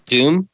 Doom